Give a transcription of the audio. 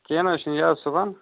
کیٚنٛہہ نہَ حظ چھُنہٕ یہِ حظ صُبحن